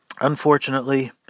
unfortunately